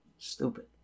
Stupid